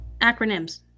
Acronyms